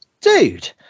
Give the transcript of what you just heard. Dude